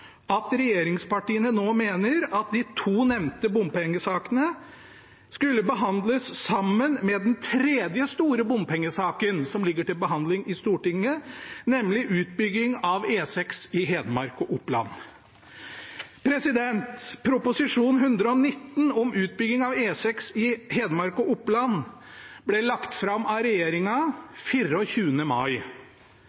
at regjeringspartiene nå mener at de to nevnte bompengesakene skulle behandles sammen med den tredje store bompengesaken som ligger til behandling i Stortinget, nemlig utbygging av E6 i Hedmark og Oppland. Prop. 119 S for 2018–2019 om utbygging av E6 i Hedmark og Oppland ble lagt fram av